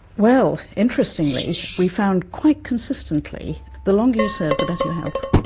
well, interestingly we found quite consistently the longer you serve, the better your health.